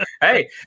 hey